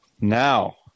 Now